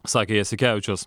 sakė jasikevičius